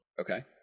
Okay